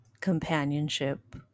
companionship